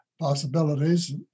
possibilities